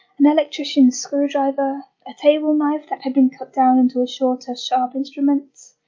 an electrician's screwdriver, a table knife that had been cut down into a shorter sharp instrument,